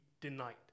denied